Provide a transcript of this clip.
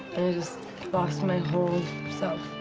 just lost my whole self.